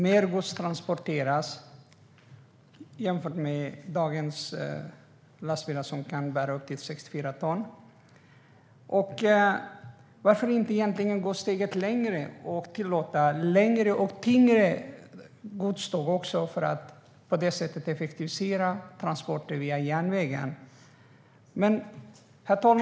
Mer gods transporteras jämfört med dagens lastbilar, som kan bära upp till 64 ton. Varför inte gå steget längre och tillåta längre och tyngre godståg för att på det sättet effektivisera transporter via järnvägen? Herr talman!